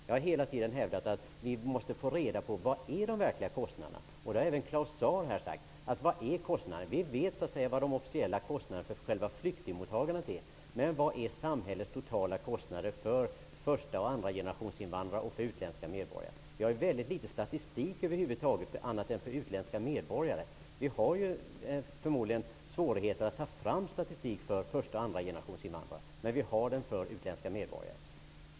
Jag har hela tiden hävdat att vi måste få reda på vilka de verkliga kostnaderna är. Även Claus Zaar har här frågat efter dessa kostnader. Vilka är kostnaderna? Vi vet vilka de officiella kostnaderna för själva flyktingmottagandet är, men vilka är samhällets totala kostnader för första och andragenerationsinvandrare och utländska medborgare? Vi har över huvud taget väldigt litet statistik annat än för utländska medborgare. Vi har förmodligen svårigheter att ta fram statistik för första och andragenerationsinvandrare, men vi har sådan statistik för utländska medborgare.